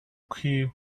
queue